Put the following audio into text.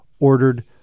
ordered